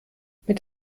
mit